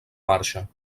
marxa